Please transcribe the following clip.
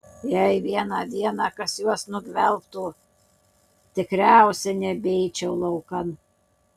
jei vieną dieną kas juos nugvelbtų tikriausiai nebeičiau laukan